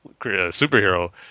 superhero